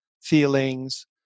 feelings